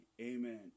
amen